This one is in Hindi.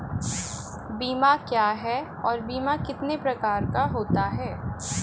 बीमा क्या है और बीमा कितने प्रकार का होता है?